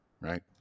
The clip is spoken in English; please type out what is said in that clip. Right